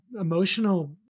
emotional